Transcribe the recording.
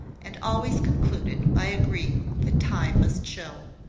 and always concluded by agreeing that time must show.